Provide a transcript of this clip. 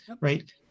right